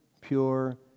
pure